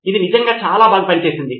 ఇది నిజంగా చాలా బాగా పనిచేసింది